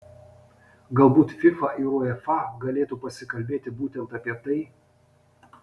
galbūt fifa ir uefa galėtų pasikalbėti būtent apie tai